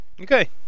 okay